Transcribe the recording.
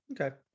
okay